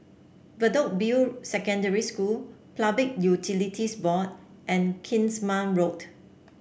Bedok View Secondary School Public Utilities Board and Kingsmead Road